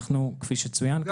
כפי שצוין כאן,